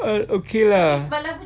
err okay lah